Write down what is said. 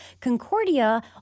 Concordia